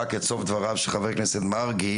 רק את סוף דבריו של חבר הכנסת מרגי,